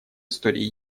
истории